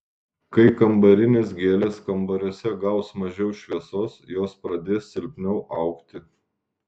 kai kambarinės gėlės kambariuose gaus mažiau šviesos jos pradės silpniau augti